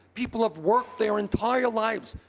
people have worked their entire lives.